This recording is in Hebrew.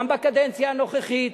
גם בקדנציה הנוכחית.